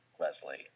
Leslie